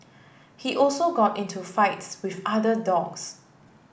he also got into fights with other dogs